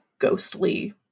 ghostly